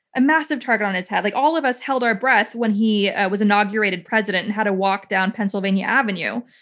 a massive target on his head. like all of us held our breath when he was inaugurated president and had to walk down pennsylvania avenue.